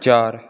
ਚਾਰ